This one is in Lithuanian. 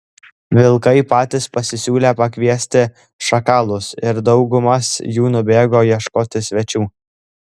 vilkai patys pasisiūlė pakviesti šakalus ir daugumas jų nubėgo ieškoti svečių